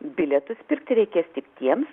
bilietus pirkti reikės tik tiems